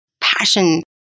passion